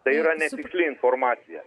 tai yra netiksli informacija